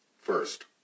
first